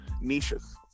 niches